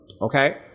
okay